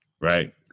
right